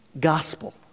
gospel